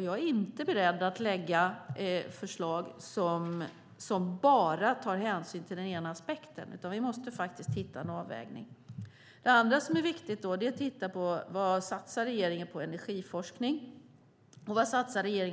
Jag är inte beredd att lägga fram förslag som bara tar hänsyn till den ena aspekten. Vi måste hitta en avvägning. Det andra som är viktigt är att titta på vad regeringen satsar på i energiforskning